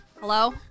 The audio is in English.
Hello